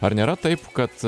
ar nėra taip kad